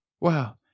wow